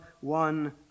one